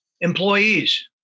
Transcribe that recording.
employees